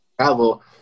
travel